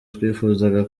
twifuzaga